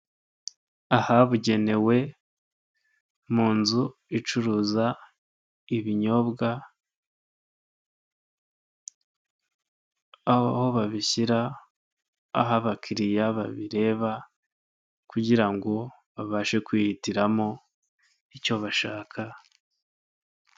Inzu ibitse ibicuruzwa by' ibinyobwa aho babishyira kugira ngo abakiriya babirebe babashe kwihitiramo icyo bashaka.